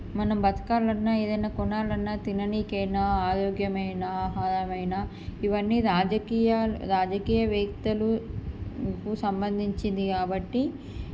మనం బతకాలి అన్న ఏదైనా కొనాలి అన్నా తిననికైనా ఆరోగ్యమైన ఆహారమయినా ఇవన్నీ రాజకీయ రాజకీయ వ్యక్తులుకు సంబంధించ్చింది కాబట్టి